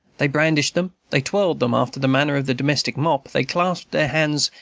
they brandished them, they twirled them after the manner of the domestic mop, they clasped their hands,